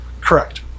Correct